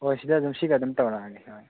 ꯍꯣꯏ ꯁꯤꯗꯗꯨꯝ ꯁꯤꯗ ꯑꯗꯨꯝ ꯇꯧꯔꯛꯑꯒꯦ ꯍꯣꯏ